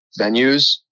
venues